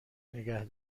نگه